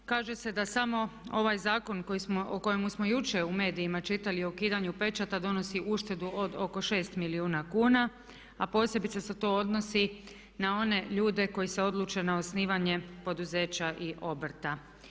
Kaže se da samo ovaj zakon o kojemu smo jučer u medijima čitali o ukidanju pečata donosi uštedu od oko 6 milijuna kuna, a posebice se to odnosio na one ljude koji se odluče na osnivanje poduzeća i obrta.